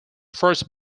first